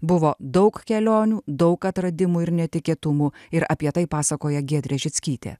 buvo daug kelionių daug atradimų ir netikėtumų ir apie tai pasakoja giedrė žickytė